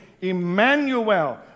Emmanuel